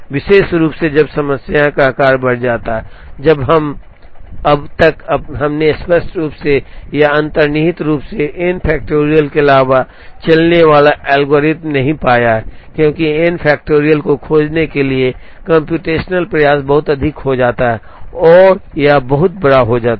विशेष रूप से जब समस्या का आकार बढ़ जाता है जब हम अब तक हमने स्पष्ट रूप से या अंतर्निहित रूप से n factorial के अलावा चलने वाला एल्गोरिथ्म नहीं पाया है क्योंकि n factorial को खोजने के लिए कम्प्यूटेशनल प्रयास बहुत अधिक हो जाता है और यह बहुत बड़ा हो जाता है